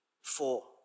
four